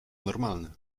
normalny